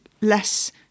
less